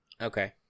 Okay